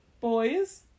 Boys